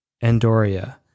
Andoria